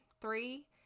three